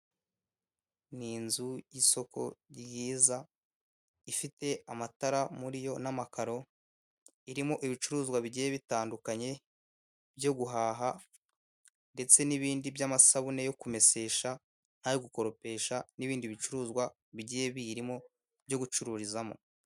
Ni inzu y'isoko ryiza ifite amatara muri yo n'amakaro irimo ibicuruzwa bigiye bitandukanye byo guhaha ndetse n'ibindi by'amasabune yo kumesesha n'ayo gukoropesha, n'ibindi bicuruzwa bigiye biyirimo byo gucururizamo.